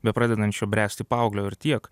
bepradedančio bręsti paauglio ir tiek